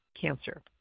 cancer